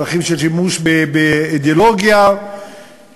בדרכים של שימוש באידיאולוגיה מסוימת,